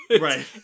Right